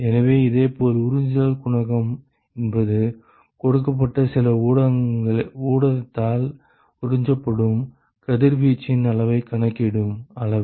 எனவே இதேபோல் உறிஞ்சுதல் குணகம் என்பது கொடுக்கப்பட்ட சில ஊடகத்தால் உறிஞ்சப்படும் கதிர்வீச்சின் அளவைக் கணக்கிடும் அளவு